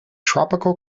tropical